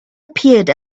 appeared